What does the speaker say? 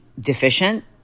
deficient